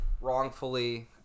wrongfully